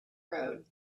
road